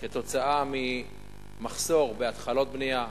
בגלל מחסור בהתחלות בנייה,